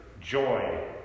joy